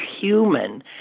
human